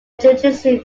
jujitsu